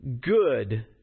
good